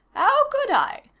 how could i?